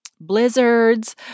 blizzards